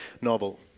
novel